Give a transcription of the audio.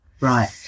Right